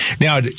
Now